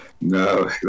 No